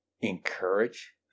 encourage